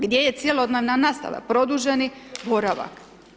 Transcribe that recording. Gdje je cjelodnevna nastava, produženi boravak?